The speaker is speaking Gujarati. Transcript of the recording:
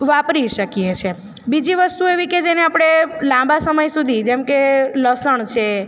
વાપરી શકીએ છીએ બીજી વસ્તુ એવી કે જેને આપણે લાંબા સમય સુધી જેમ કે લસણ છે